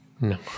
No